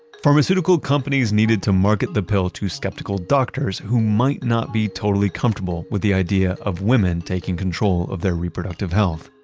pharmaceutical companies needed to market the pill to skeptical doctors who might not be totally comfortable with the idea of women taking control of their reproductive health.